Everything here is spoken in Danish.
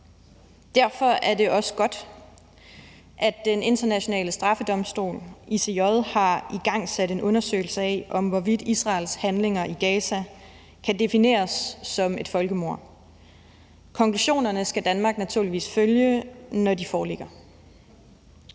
Derfor er det også godt, at Den Internationale Straffedomstol, ICJ, har igangsat en undersøgelse af, om og hvorvidt Israels handlinger i Gaza kan defineres som et folkemord. Konklusionerne skal Danmark naturligvis følge, når de foreligger.